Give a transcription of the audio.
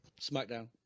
SmackDown